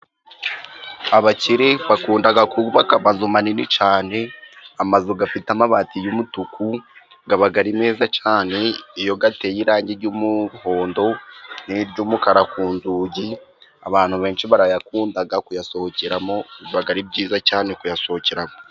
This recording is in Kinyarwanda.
Abakire bakunda kubaka amazu manini cyane, amazu afite amabati y'umutuku, aba ari meza cyane, iyo ateye irangi ry'umuhondo, n'iryumukara ku nzugi, abantu benshi barayakunda kuyasohokeramo, bumva ari byiza cyane, kuyasohokeramo.